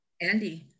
Andy